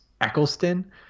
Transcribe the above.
Eccleston